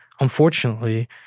unfortunately